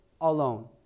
alone